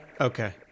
Okay